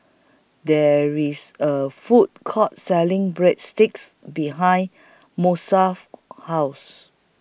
There IS A Food Court Selling Breadsticks behind Masako's House